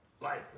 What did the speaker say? life